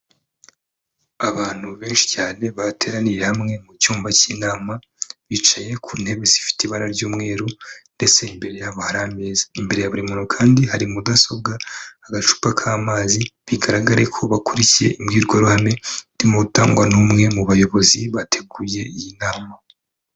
Abantu benshi cyane bateraniye hamwe mu cyumba cy'inama, bicaye ku ntebe zifite ibara ry'umweru ndetse imbere yabo hari ameza, imbere ya buri muntu kandi hari mudasobwa, agacupa k'amazi, bigaragare ko bakurikiye imbwirwaruhame irimo gutangwa n'umwe mu bayobozi bateguye iyi nama.